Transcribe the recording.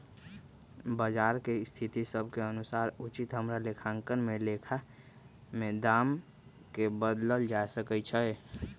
बजार के स्थिति सभ के अनुसार उचित हमरा लेखांकन में लेखा में दाम् के बदलल जा सकइ छै